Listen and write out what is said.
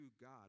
God